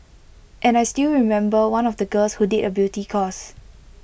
and I still remember one of the girls who did A beauty course